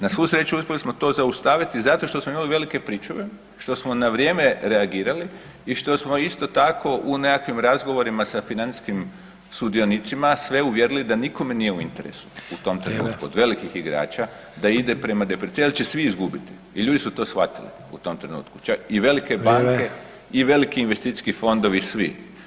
Na svu sreću, uspjeli smo to zaustaviti zato što smo imali velike pričuve, što smo na vrijeme reagirali i što smo isto tako u nekakvim razgovorima sa financijskim sudionicima, sve uvjerili da nikome nije u interesu u tom trenutku [[Upadica Sanader: Vrijeme.]] od velikih igrača da ide prema deprecijaciji jer će svi izgubiti i ljudi su to shvatili u tom trenutku [[Upadica Sanader: Vrijeme.]] čak i velike banke i veliki investicijski fondovi i svi.